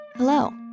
Hello